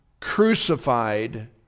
crucified